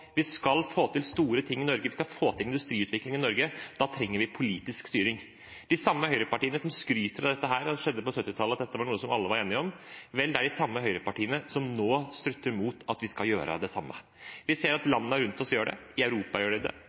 vi skal få til store ting i Norge, vi skal få til industriutvikling i Norge. Da trenger vi politisk styring. De samme høyrepartiene som skryter av at det som skjedde på 1970-tallet, var noe som alle var enige om, er de samme høyrepartiene som nå stritter imot at vi skal gjøre det samme. Vi ser at landene rundt oss gjør det, i Europa gjør de det, Jo Biden gjør det,